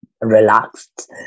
relaxed